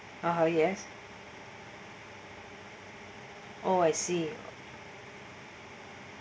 oh yes oh I see